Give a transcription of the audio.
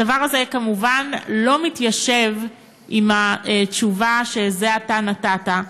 הדבר הזה כמובן לא מתיישב עם התשובה שזה עתה נתת.